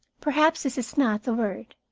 perhaps this is not the word.